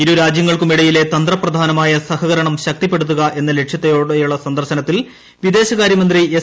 ഇരു രാജ്യങ്ങൾക്കുമിടയിലെ തന്ത്രപ്രധാനമായ സഹകരണം ശക്തിപ്പെടുത്തുക എന്ന ലക്ഷ്യത്തോടെയുളള സന്ദർശനത്തിൽ വിദേശകാര്യമന്ത്രി എസ്